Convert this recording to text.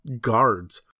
guards